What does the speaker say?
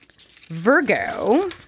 Virgo